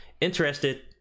interested